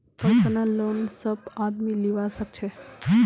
personal loan सब आदमी लीबा सखछे